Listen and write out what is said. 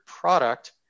product